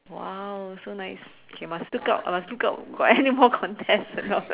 !wow! so nice okay must look out I must look out got any more contest or not